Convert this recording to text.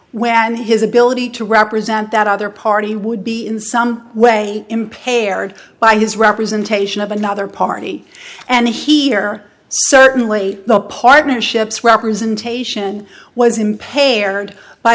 am his ability to represent that other party would be in some way impaired by his representation of another party and here certainly the partnership's representation was impaired by